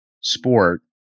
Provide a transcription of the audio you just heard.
sport